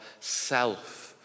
self